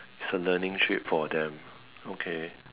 it's a learning trip for them okay